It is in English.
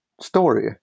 story